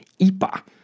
Ipa